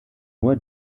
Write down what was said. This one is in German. nur